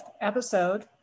episode